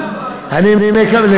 ולחברי הוועדה.